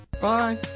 Bye